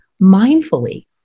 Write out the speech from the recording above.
mindfully